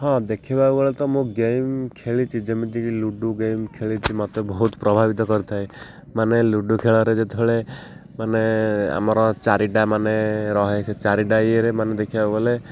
ହଁ ଦେଖିବାବେଳେ ତ ମୁଁ ଗେମ୍ ଖେଳିଛି ଯେମିତିକି ଲୁଡ଼ୁ ଗେମ୍ ଖେଳିଛି ମୋତେ ବହୁତ ପ୍ରଭାବିତ କରିଥାଏ ମାନେ ଲୁଡ଼ୁ ଖେଳରେ ଯେତେବେଳେ ମାନେ ଆମର ଚାରିଟା ମାନେ ରହେ ସେ ଚାରିଟା ଇଏରେ ମାନେ ଦେଖିବାକୁ ଗଲେ